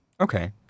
Okay